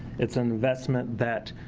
it's an investment that